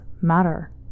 matter